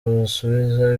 busubiza